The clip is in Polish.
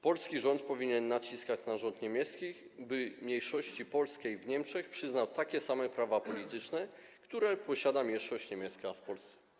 Polski rząd powinien naciskać na rząd niemiecki, by mniejszości polskiej przyznał takie sama prawa polityczne, jakie posiada mniejszość niemiecka w Polsce.